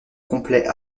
complet